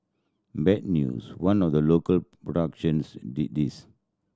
bad news one of the local productions did this